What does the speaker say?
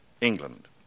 England